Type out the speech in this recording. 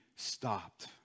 stopped